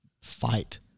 fight